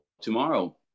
tomorrow